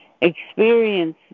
experience